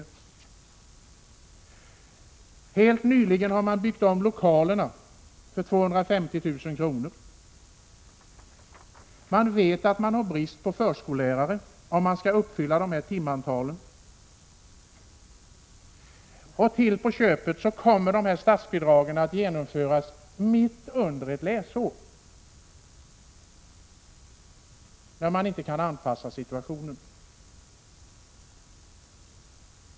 Man har helt nyligen byggt om lokalerna för 250 000 kr. Man vet att man får brist på förskollärare om man skall uppfylla dessa bestämmelser om timantal. Till på köpet kommer denna ändring i statsbidragsbestämmelserna att genomföras tidsmässigt så att det kan skapa ytterligare problem.